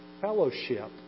fellowship